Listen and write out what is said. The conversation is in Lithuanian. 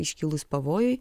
iškilus pavojui